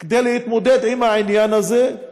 כדי להתמודד עם העניין הזה,